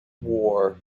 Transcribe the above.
war